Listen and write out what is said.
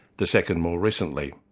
the second more recently.